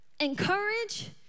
Encourage